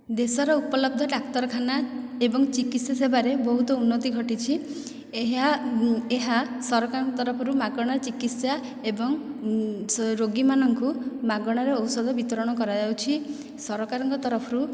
ଦେଶର ଉପଲବ୍ଧ ଡାକ୍ତରଖାନା ଏବଂ ଚିକିତ୍ସା ସେବାରେ ବହୁତ ଉନ୍ନତି ଘଟିଛି ଏହା ଏହା ସରକାରଙ୍କ ତରଫରୁ ମାଗଣା ଚିକିତ୍ସା ଏବଂ ରୋଗୀମାନଙ୍କୁ ମାଗଣାରେ ଔଷଧ ବିତରଣ କରାଯାଉଛି ସରକାରଙ୍କ ତରଫରୁ